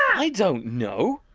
i don't know.